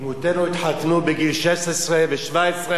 אמותינו התחתנו בגיל 16 ו-17,